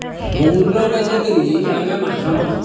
ସମୁଦ୍ରକେ ଯାଇକରି ଆମେ ମାଛ ମାର୍ସୁ